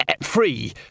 Free